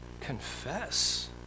confess